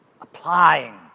Applying